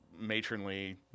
matronly